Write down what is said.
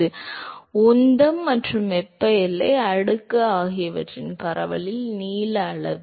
எனவே உந்தம் மற்றும் வெப்ப எல்லை அடுக்கு ஆகியவற்றின் பரவலின் நீள அளவு